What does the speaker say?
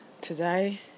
today